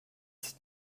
ist